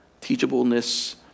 Teachableness